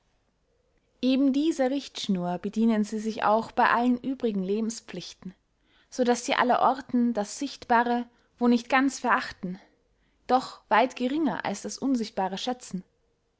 eben dieser richtschnur bedienen sie sich auch bey allen übrigen lebenspflichten so daß sie allerorten das sichtbare wo nicht ganz verachten doch weit geringer als das unsichtbare schätzen